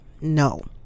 no